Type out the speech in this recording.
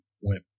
went